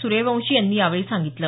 सूर्यवंशी यांनी यावेळी सांगितलं